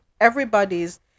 everybody's